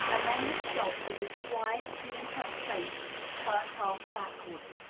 and then had stopped, with his quiet, clean-cut face turned half backward.